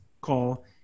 call